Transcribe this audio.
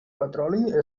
petroli